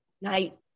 night